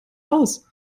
aus